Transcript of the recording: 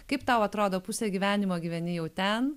kaip tau atrodo pusę gyvenimo gyveni jau ten